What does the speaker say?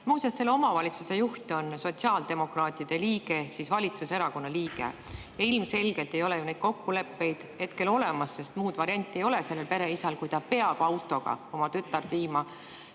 Muuseas, selle omavalitsuse juht on sotsiaaldemokraatide ehk valitsuserakonna liige. Ilmselgelt ei ole ju neid kokkuleppeid hetkel sõlmitud, sest muud varianti ei ole sellel pereisal, kui ta peab autoga oma tütart viima